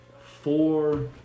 four